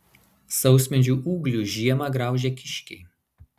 sausmedžių ūglius žiemą graužia kiškiai